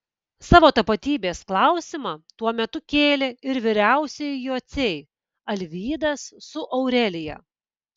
savo tapatybės klausimą tuo metu kėlė ir vyriausieji jociai alvydas su aurelija